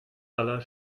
aller